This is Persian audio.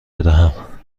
بدهم